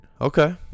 okay